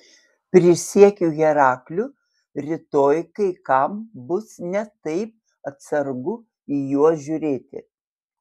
prisiekiu herakliu rytoj kai kam bus ne taip atsargu į juos žiūrėti